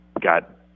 got